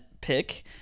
pick